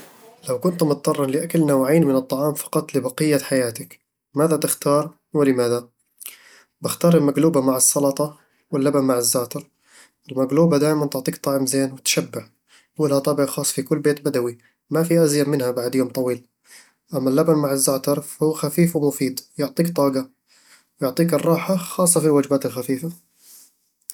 لو كنت مضطرًا لأكل نوعين من الطعام فقط لبقية حياتك، ماذا تختار، ولماذا؟ بختار المقلوبة مع السلطة، واللبن مع الزعتر المقلوبة دايمًا تعطيك طعم زين وتشبع، ولها طابع خاص في كل بيت بدوي، ما في ازين منها بعد يوم طويل أما اللبن مع الزعتر، فهو خفيف ومفيد، ويعطيك طاقة، ويعطيك الراحة خاصة في الوجبات الخفيفة